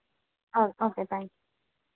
okay thank you